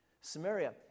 Samaria